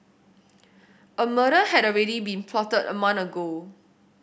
a murder had already been plotted a month ago